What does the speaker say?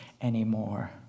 anymore